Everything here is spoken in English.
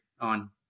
on